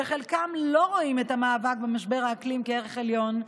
שחלקם לא רואים את המאבק במשבר האקלים כערך עליון,